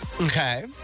Okay